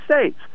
States